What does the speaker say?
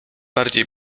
bardziej